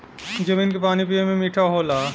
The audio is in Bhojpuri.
जमीन क पानी पिए में मीठा होला